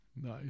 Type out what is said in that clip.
Nice